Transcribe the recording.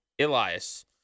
Elias